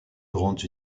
grandes